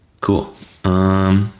cool